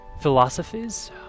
philosophies